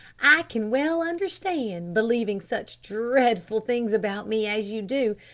i can well understand, believing such dreadful things about me as you do,